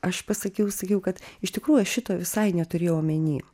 aš pasakiau sakiau kad iš tikrųjų aš šito visai neturėjau omeny